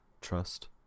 Trust